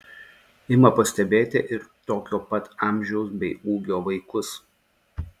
ima pastebėti ir tokio pat amžiaus bei ūgio vaikus